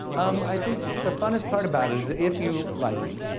um i think the funnest part about it is if you like me,